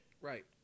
Right